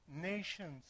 nations